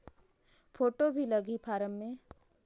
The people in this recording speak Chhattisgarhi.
फ़ोटो भी लगी फारम मे?